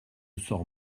sors